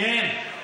כי אין.